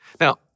Now